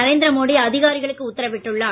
நரேந்திர மோடி அதிகாரிகளுக்கு உத்தரவிட்டுள்ளார்